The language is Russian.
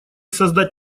создать